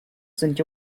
sind